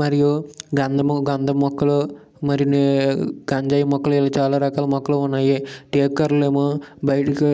మరియు గంధము గంధం మొక్కలు మరి ని గంజాయి మొక్కలు ఇవి చాల రకాల మొక్కలు ఉన్నాయి టేక్ కర్రలు ఏమో బయటకి